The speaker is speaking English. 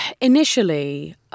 initially